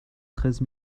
treize